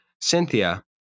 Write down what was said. Cynthia